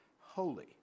holy